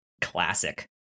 classic